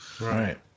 Right